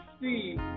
see